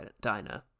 diner